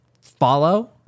Follow